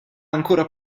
ancora